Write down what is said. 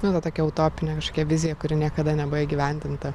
nu va tokia utopinė kažkokia vizija kuri niekada nebuvo įgyvendinta